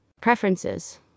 Preferences